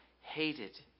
hated